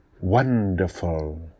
wonderful